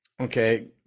Okay